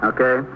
Okay